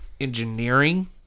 engineering